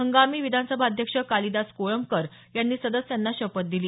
हंगामी विधानसभा अध्यक्ष कालिदास कोळंबकर यांनी सदस्यांना शपथ दिली